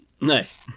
Nice